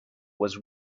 was